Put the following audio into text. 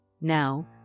Now